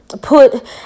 put